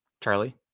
charlie